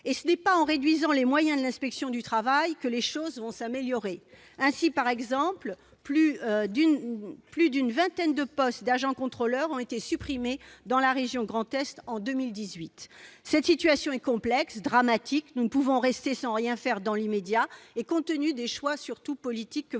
Ce n'est pas en réduisant les moyens de l'inspection du travail que les choses s'amélioreront. Or, par exemple, plus d'une vingtaine de postes d'agents contrôleurs ont été supprimés dans la région Grand Est en 2018. Cette situation est complexe et dramatique. Nous ne pouvons rester sans rien faire dans l'immédiat, compte tenu des choix, essentiellement politiques, que